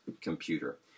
computer